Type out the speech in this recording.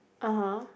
(uh huh)